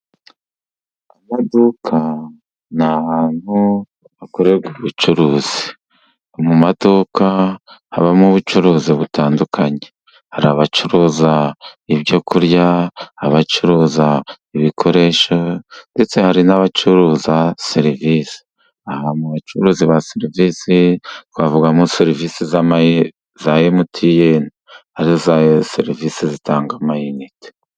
Mu maduka, ni ahantu hakorerwa ubucuruzi. mu maduka, habamo ubucuruzi butandukanye. Hari abacuruza ibyo kukurya, abacuruza ibikoresho, ndetse hari n'abacuruza serivisi. Mu bacuruzi ba serivisi twavugamo serivisi za Emutiyeni ariyo serivisi zitanga amayinite.